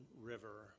River